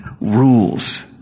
rules